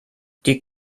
die